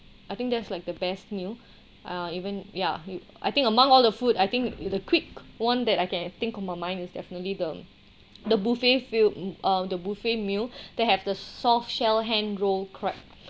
I think that's like the best meal ah even ya we I think among all the food I think if the quick [one] that I can think on my mind is definitely the the buffet few~ uh the buffet meal that have the soft shell hand roll crab